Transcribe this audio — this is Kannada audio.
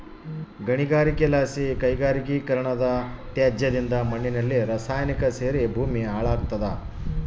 ಗಣಿಗಾರಿಕೆಲಾಸಿ ಕೈಗಾರಿಕೀಕರಣದತ್ಯಾಜ್ಯದಿಂದ ಮಣ್ಣಿನಲ್ಲಿ ರಾಸಾಯನಿಕ ಸೇರಿ ಭೂಮಿ ಹಾಳಾಗ್ತಾದ